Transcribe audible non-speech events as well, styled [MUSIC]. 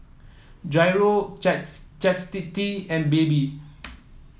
Jairo [UNINTELLIGIBLE] Chastity and Baby